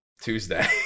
Tuesday